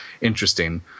interesting